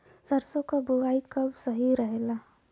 सरसों क बुवाई कब सही रहेला?